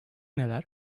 neler